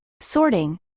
sorting